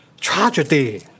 tragedy